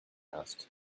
asked